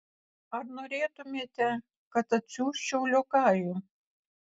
ar norėtumėte kad atsiųsčiau liokajų